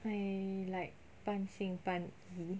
I like 半信半疑